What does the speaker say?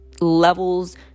levels